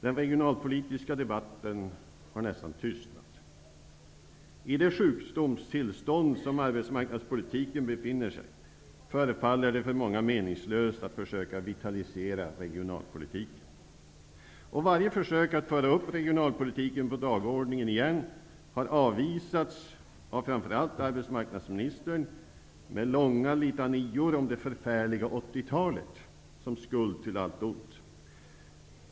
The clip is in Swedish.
Den regionalpolitiska debatten har nästan tystnat. I det sjukdomstillstånd som arbetsmarknadspolitiken befinner sig förefaller det för många meningslöst att försöka vitalisera regionalpolitiken. Varje försök att föra upp regionalpolitiken på dagordningen igen har avvisats av framför allt arbetsmarknadsministern med långa litanior om det förfärliga 80-talet som skuld till allt ont.